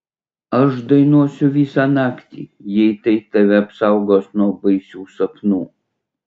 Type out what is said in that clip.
aš dainuosiu visą naktį jei tai tave apsaugos nuo baisių sapnų